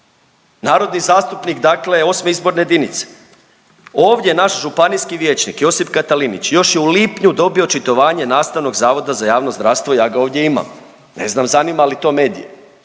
narodni zastupnik dakle VIII izborne jedinice. Ovdje naš županijski vijećnik Josip Katalinić još je u lipnju dobio očitovanje Nastavnog zavoda za javno zdravstvo i ja ga ovdje imam, ne znam zanima li to medije